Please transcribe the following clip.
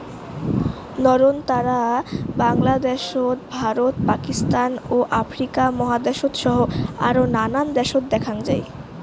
নয়নতারা বাংলাদ্যাশ, ভারত, পাকিস্তান ও আফ্রিকা মহাদ্যাশ সহ আরও নানান দ্যাশত দ্যাখ্যাং যাই